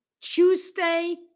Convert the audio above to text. Tuesday